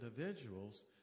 individuals